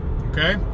Okay